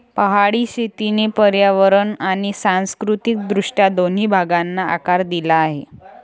पहाडी शेतीने पर्यावरण आणि सांस्कृतिक दृष्ट्या दोन्ही भागांना आकार दिला आहे